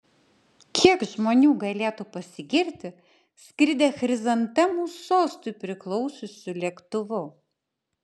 kiek žmonių galėtų pasigirti skridę chrizantemų sostui priklausiusiu lėktuvu